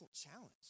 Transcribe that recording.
challenge